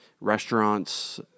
restaurants